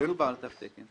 לא מדובר בתו תקן.